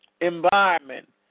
environment